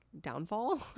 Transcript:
downfall